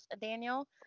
Daniel